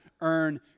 earn